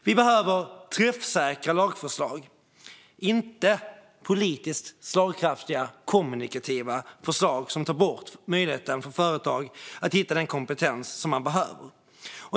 Det behövs träffsäkra lagförslag, inte politiskt slagkraftiga kommunikativa förslag som tar bort möjligheten för företag att hitta den kompetens man behöver.